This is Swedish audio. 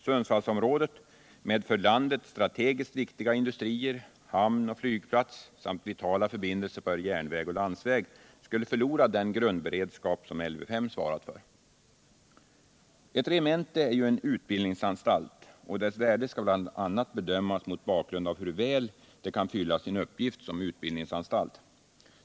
Sundsvallsområdet med för landet strategiskt viktiga industrier, hamn och flygplats samt vitala förbindelser per järnväg och landsväg skulle förlora den grundberedskap som Lv 5 svarat för. Ett regemente är ju en utbildningsanstalt och dess värde skall bl.a. bedömas mot bakgrund av hur väl det fyller sin uppgift som utbildningsenhet.